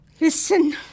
Listen